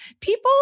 people